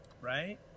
right